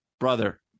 brother